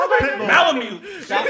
Malamute